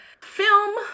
film